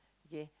ya